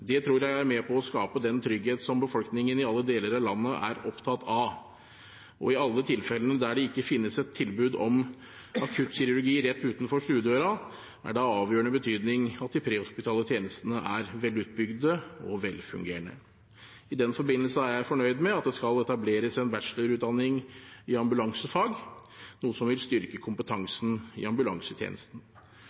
Det tror jeg er med på å skape den tryggheten som befolkningen i alle deler av landet er opptatt av. Og i alle tilfellene der det ikke finnes et tilbud om akuttkirurgi rett utenfor stuedøren, er det av avgjørende betydning at de prehospitale tjenestene er velutbygde og velfungerende. I den forbindelse er jeg fornøyd med at det skal etableres en bachelorutdanning i ambulansefag, noe som vil styrke kompetansen i ambulansetjenesten.